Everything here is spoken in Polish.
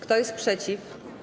Kto jest przeciw?